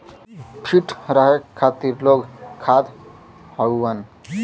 feet रहे खातिर लोग खात हउअन